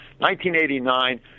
1989